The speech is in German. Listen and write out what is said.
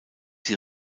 sie